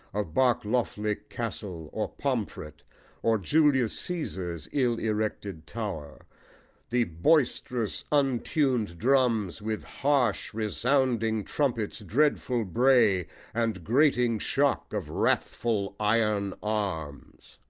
of barkloughly castle or pomfret or julius caesar's ill-erected tower the boisterous untun'd drums with harsh-resounding trumpets' dreadful bray and grating shock of wrathful iron arms.